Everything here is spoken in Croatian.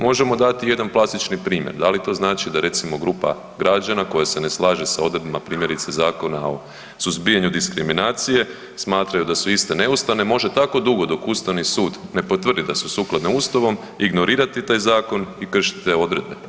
Možemo dati jedan plastični primjer, da li to znači da recimo grupa građana koja se ne slaže sa odredbama primjerice Zakona o suzbijanju diskriminacije, smatraju da su iste neustavne može tako dugo dok Ustavni sud ne potvrdi da su sukladne ustavom ignorirati taj zakon i kršiti te odredbe.